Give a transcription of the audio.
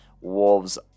Wolves